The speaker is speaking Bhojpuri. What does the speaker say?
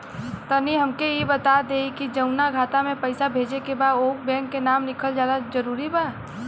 तनि हमके ई बता देही की जऊना खाता मे पैसा भेजे के बा ओहुँ बैंक के नाम लिखल जरूरी बा?